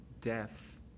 death